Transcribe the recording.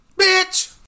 Bitch